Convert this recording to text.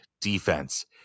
defense